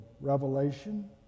revelation